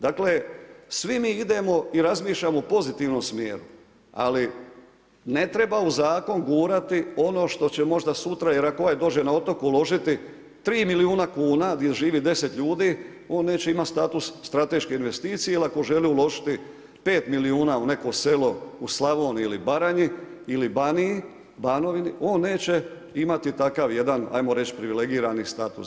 Dakle svi mi idemo i razmišljamo u pozitivnom smjeru, ali ne treba u zakon gurati ono što će možda sutra jer ako ovaj dođe na otok uložiti 3 milijuna kuna gdje živi 10 ljudi on neće imati status strateške investicije ili ako želi uložiti 5 milijuna u neko selo u Slavoniji ili Baranji ili Banovini on neće imati takav jedan ajmo reći privilegirani status.